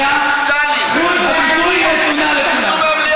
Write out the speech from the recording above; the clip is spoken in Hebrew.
היושבת-ראש, שתי דקות מהזמן שלי.